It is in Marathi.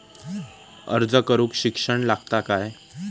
अर्ज करूक शिक्षण लागता काय?